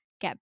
get